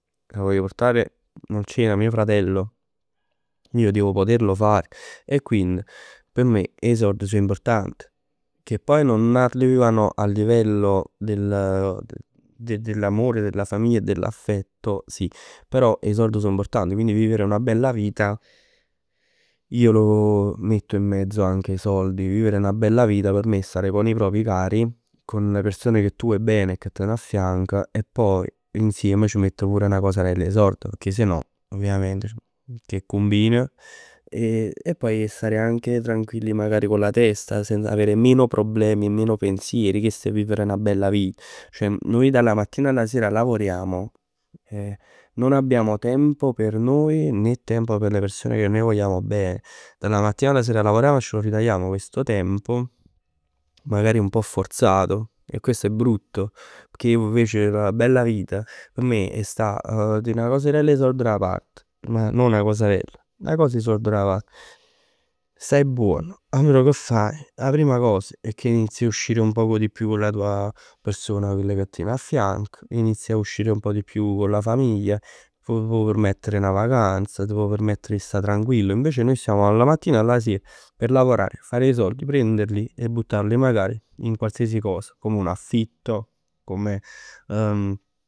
La voglio portare, o a mio fratello, io devo poterlo fare. E quindi p' me 'e sord so important. Che poi non arrivano a livello del, dell'amore della famiglia e dell'affetto sì. Però 'e sord so importanti, quindi vivere 'na bella vita io lo lo metto in mezzo anche 'e sord. Vivere una bella vita per me è stare con i propri cari, con le persone che tu vuoi bene e che tien affianc. E poi insieme ci metto pur 'na cosarell 'e sord. Perchè sennò ovviament che cumbin? E poi stare anche tranquilli magari con la testa. Avere meno problemi e meno pensieri. Chest è vivere 'na bella vita. Noi dalla mattina alla sera lavoriamo. Non abbiamo tempo per noi, nè tempo per le persone che noi vogliamo bene. Dalla mattina alla sera lavoriamo e ci ritagliamo questo tempo. Magari un pò forzato e questo è brutto. Pecchè io invece vivere 'na bella vita p' me è sta, tenè 'na cosarell 'e sord 'a part. Non 'na cosarell, 'na cos 'e sord 'a part. Staje buon. Allora che faje? 'A prima cosa inizi a uscire un pò di più con la tua persona, chell ca tien affianc. Inizi a uscire un pò di più con la famiglia. T' può permettere 'na vacanza, t' può permettere 'e sta tranquill. Invece noi stiamo dalla mattina alla sera a lavorare, fare 'e sord, prenderli e buttarli magari in qualsiasi cosa. Con un affitto, come.